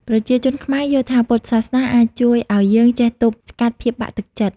ប្រជាជនខ្មែរយល់ថាពុទ្ធសាសនាអាចជួយឲ្យយើងចេះទប់ស្កាត់ភាពបាក់ទឺកចិត្ត។